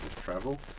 travel